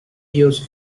ellos